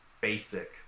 basic